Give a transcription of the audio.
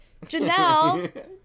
Janelle